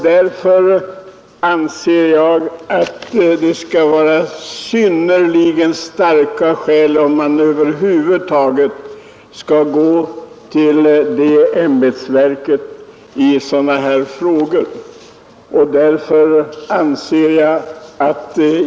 Därför anser jag att det skall vara synnerligen starka skäl om man över huvud taget skall gå till det ämbetsverket i sådana här fall.